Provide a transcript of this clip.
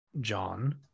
John